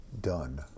done